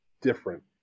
different